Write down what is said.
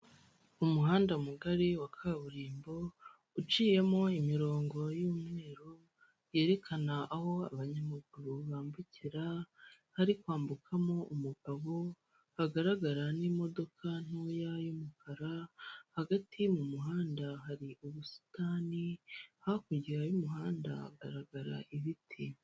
Umuhanda mugari wa kaburimbo uciyemo imirongo y'umweru yerekana aho abanyamaguru bambukira hari kwambukamo umugabo hagaragara n'imodoka ntoya y'umukara hagati mu muhanda hari ubusitani hakurya y'umuhanda hagaragara ibiti.